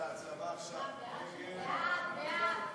ההצעה להעביר את הצעת חוק שירות ביטחון